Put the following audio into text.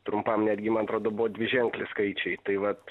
trumpam netgi man atrodo buvo dviženkliai skaičiai tai vat